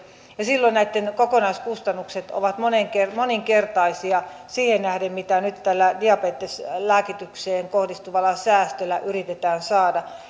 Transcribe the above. ja silloin näitten kokonaiskustannukset ovat moninkertaisia siihen nähden mitä nyt tällä diabeteslääkitykseen kohdistuvalla säästöllä yritetään saada